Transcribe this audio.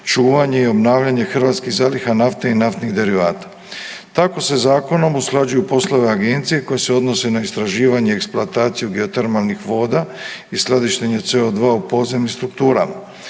čuvanje i obnavljanje hrvatskih zaliha nafte i naftnih derivata. Tako se zakonom usklađuju poslovi agencije koji se odnose na istraživanje i eksploataciju geotermalnih voda i skladištenje CO2 u podzemnim strukturama.